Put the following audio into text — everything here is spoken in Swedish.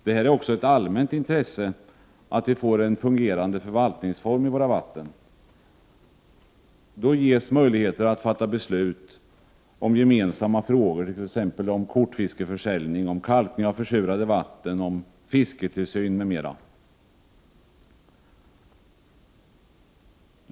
Det är också ett allmänt intresse att vi får en fungerande förvaltningsform i våra vatten. Då ges möjligheter att fatta beslut om gemensamma frågor, t.ex. om kortförsäljning, kalkning av försurade vatten, fisketillsyn, m.m.